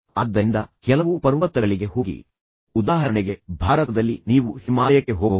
ಆದ್ದರಿಂದ ಕೆಲವು ಪರ್ವತಗಳಿಗೆ ಹೋಗಿ ಉದಾಹರಣೆಗೆ ಭಾರತದಲ್ಲಿ ನೀವು ಹಿಮಾಲಯಕ್ಕೆ ಹೋಗಬಹುದು